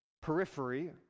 periphery